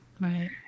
Right